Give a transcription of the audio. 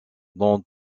dans